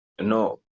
No